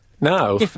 No